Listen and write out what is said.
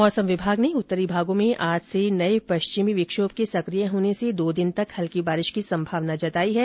मौसम विभाग ने उत्तरी भागों में आज से नये पश्चिमी विक्षोभ के सकिय होने से दो दिन तक हल्की बारिश की संभावना जताई है